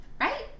Right